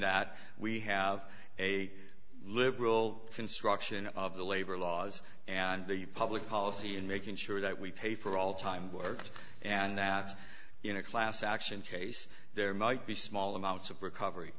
that we have a liberal construction of the labor the laws and the public policy in making sure that we pay for all time worked and that in a class action case there might be small amounts of recovery